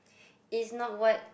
is not what